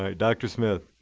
ah dr. smith.